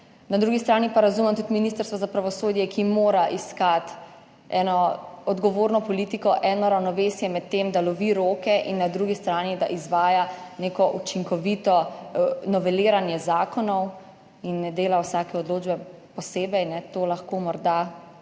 Na drugi strani pa razumem tudi Ministrstvo za pravosodje, ki mora iskati eno odgovorno politiko, eno ravnovesje med tem, da lovi roke, in na drugi strani, da izvaja neko učinkovito noveliranje zakonov in ne dela vsake odločbe posebej. To lahko morda